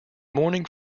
morning